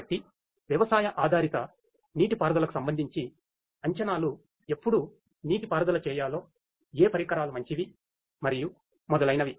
కాబట్టి వ్యవసాయ ఆధారిత నీటిపారుదలకు సంబంధించి అంచనాలు ఎప్పుడు నీటిపారుదల చేయాలో ఏ పరికరాలు మంచివి మరియు మొదలైనవి